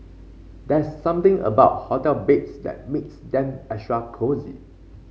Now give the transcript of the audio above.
there's something about hotel beds that makes them extra cosy